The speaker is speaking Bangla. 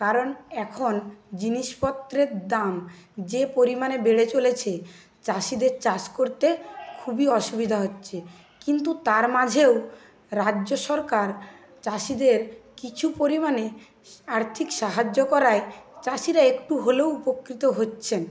কারণ এখন জিনিসপত্রের দাম যে পরিমাণে বেড়ে চলেছে চাষিদের চাষ করতে খুবই অসুবিধা হচ্ছে কিন্তু তার মাঝেও রাজ্য সরকার চাষিদের কিছু পরিমাণে আর্থিক সাহায্য করায় চাষিরা একটু হলেও উপকৃত হচ্ছেন